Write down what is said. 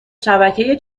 شبکه